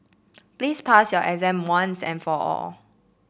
please pass your exam once and for all